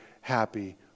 happy